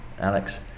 Alex